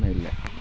गैलिया